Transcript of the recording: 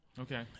okay